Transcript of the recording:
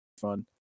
fun